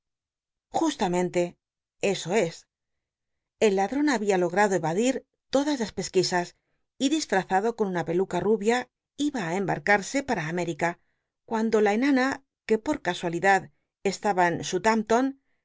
justamente eso cs el ladron habia logrado c adi todas las pesquisas y disfrazado con nna peluca rubia iba á embarcarse para américa cuan biblioteca nacional de españa da vid copperfield do la enana que por casualidad estaba en